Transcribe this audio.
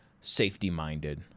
Safety-minded